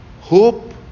hope